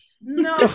No